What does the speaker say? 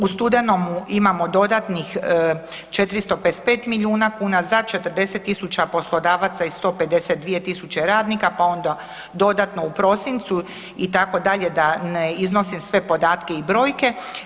U studenome imamo dodatnih 455 milijuna kuna za 40.000 poslodavaca i 152.000 radnika, pa onda dodatno u prosincu itd., da ne iznosim sve podatke i brojke.